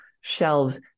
shelves